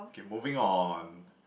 okay moving on